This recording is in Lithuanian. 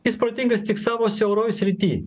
jis protingas tik savo siauroj srity